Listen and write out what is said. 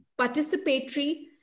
participatory